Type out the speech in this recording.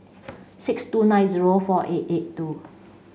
six two nine zero four eight eight two